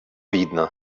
видно